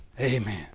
Amen